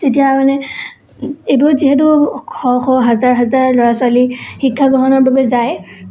যেতিয়া মানে এইবোৰত যিহেতু শ শ হাজাৰ হাজাৰ ল'ৰা ছোৱালী শিক্ষা গ্ৰহণৰ বাবে যায়